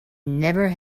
never